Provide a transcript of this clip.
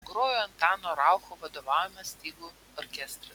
grojo antano raucho vadovaujamas stygų orkestras